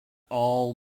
all